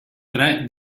tre